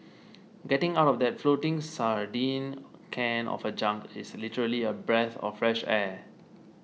getting out of that floating sardine can of a junk is literally a breath of fresh air